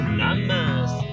numbers